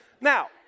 Now